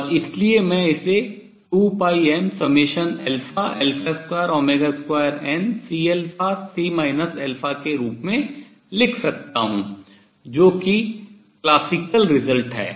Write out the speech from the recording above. और इसलिए मैं इसे 2πm22CC के रूप में लिख सकता हूँ जो कि शास्त्रीय परिणाम है